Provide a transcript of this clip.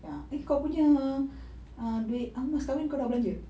ya eh kau punya ah duit mas kahwin kau dah belanja